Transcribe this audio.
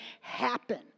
happen